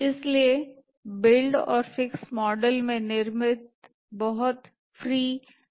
इसलिए बिल्ड और fix model में निर्मित बहुत फ्री फ्लेक्सिबिलिटी है